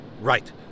Right